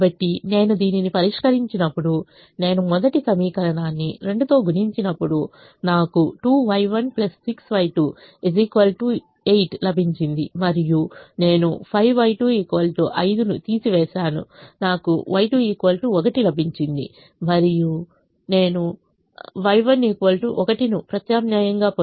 కాబట్టి నేను దీనిని పరిష్కరించినప్పుడు నేను మొదటి సమీకరణాన్ని 2 తో గుణించినప్పుడు నాకు 2Y1 6Y2 8 లభించింది మరియు నేను 5Y2 5 ను తీసి వేసాను నాకు Y2 1 లభించింది మరియు నేను Y1 1 ను ప్రత్యామ్నాయంగా పొందాను